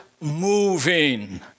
moving